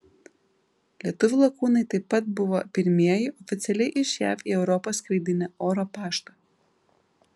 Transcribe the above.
lietuvių lakūnai taip pat buvo pirmieji oficialiai iš jav į europą skraidinę oro paštą